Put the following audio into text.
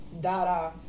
Dada